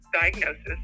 diagnosis